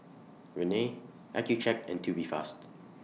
Rene Accucheck and Tubifast